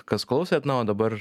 kas klausėt na o dabar